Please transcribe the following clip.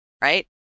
right